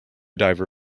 diver